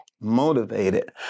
motivated